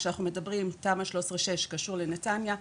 כשאנחנו מדברים תמ"א 6/13 קשור לנתניה,